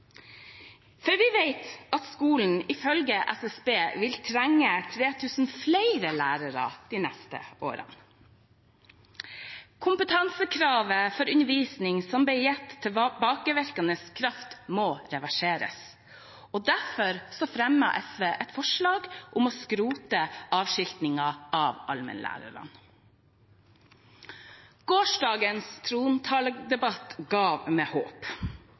for vi vet at skolen, ifølge SSB, vil trenge 3 000 flere lærere de neste årene. Kompetansekravet for undervisning som ble gitt tilbakevirkende kraft, må reverseres. Derfor fremmer SV et forslag om å skrote avskiltingen av allmennlærerne. Gårsdagens trontaledebatt ga meg håp.